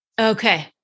Okay